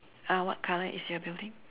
uh what colour is your building